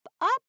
up